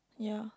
yeah